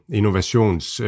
innovations